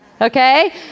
okay